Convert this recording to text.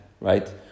right